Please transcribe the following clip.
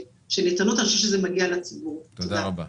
אוסיף נקודה חשובה מאוד.